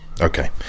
okay